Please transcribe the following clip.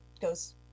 goes